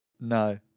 No